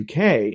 UK